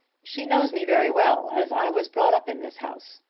she knows me very well as i was brought up in this house.